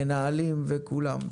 מנהלים וכולם.